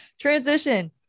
transition